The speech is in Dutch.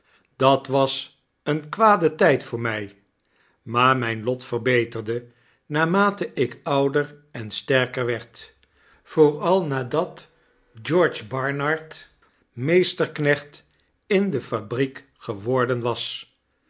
dat waseenkwade tyd voor my maar mp lot verbeterde naarmate ik ouder en sterker werd vooral nadat george barnard meesterknecht in de fabriek geworden was